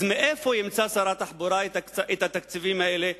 אז איפה ימצא שר התחבורה את התקציבים האלה,